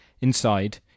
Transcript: Inside